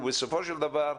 ובסופו של דבר,